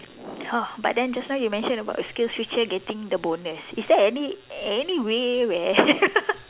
oh but then just now you mentioned about SkillsFuture getting the bonus is there any any way where